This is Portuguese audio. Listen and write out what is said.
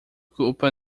culpa